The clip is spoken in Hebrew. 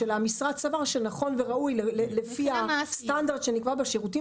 המשרד סבר שנכון וראוי לפי הסטנדרט שנקבע בשירותים